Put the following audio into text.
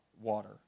water